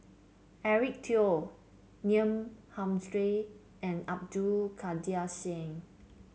Eric Teo Neil Humphreys and Abdul Kadir Syed